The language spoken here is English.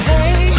Hey